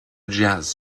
jazz